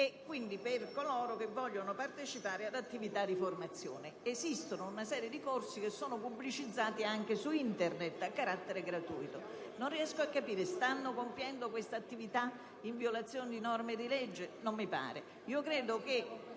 e, quindi, per coloro che vogliono partecipare ad attività di formazione. Esiste poi una serie di corsi, pubblicizzati anche su Internet, a carattere gratuito. Io non riesco a comprendere se stanno compiendo questa attività in violazione di norme di legge; non mi